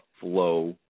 flow